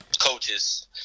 coaches